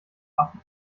affen